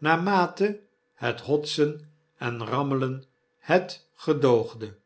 naarmate het hotsen en rammelen het gedoogde